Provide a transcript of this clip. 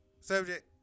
subject